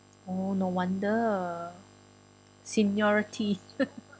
oh no wonder seniority